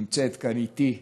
שנמצאת כאן איתי,